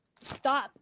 stop